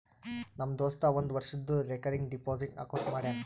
ನಮ್ ದೋಸ್ತ ಒಂದ್ ವರ್ಷದು ರೇಕರಿಂಗ್ ಡೆಪೋಸಿಟ್ ಅಕೌಂಟ್ ಮಾಡ್ಯಾನ